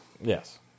Yes